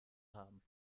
haben